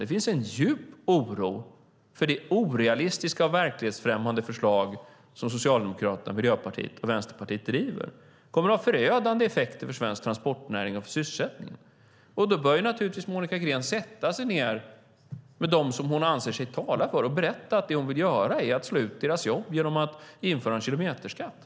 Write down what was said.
Det finns en djup oro för det orealistiska och verklighetsfrämmande förslag som Socialdemokraterna, Miljöpartiet och Vänsterpartiet driver. Det kommer att ha förödande effekter för svensk transportnäring och för sysselsättningen. Då bör naturligtvis Monica Green sätta sig ned med dem som hon anser sig tala för och berätta att det hon vill göra är att slå ut deras jobb genom att införa en kilometerskatt.